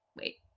Wait